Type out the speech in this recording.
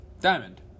diamond